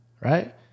right